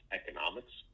economics